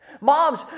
Moms